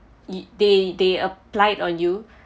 they they applied on you